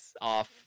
off